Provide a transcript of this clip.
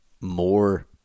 more